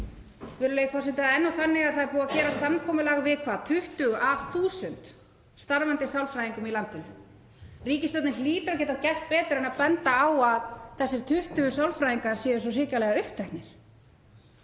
virðulegi forseti, það er nú þannig að það er búið að gera samkomulag við 20 af 1.000 starfandi sálfræðingum í landinu. Ríkisstjórnin hlýtur að geta gert betur en að benda á að þessir 20 sálfræðingar séu svo hrikalega uppteknir.